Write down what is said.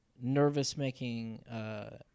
nervous-making